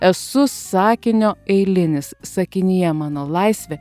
esu sakinio eilinis sakinyje mano laisvė